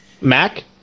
Mac